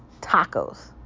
tacos